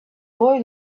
boy